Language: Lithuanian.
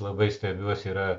labai stebiuosi yra